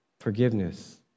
Forgiveness